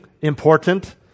important